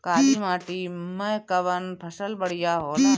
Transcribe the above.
काली माटी मै कवन फसल बढ़िया होला?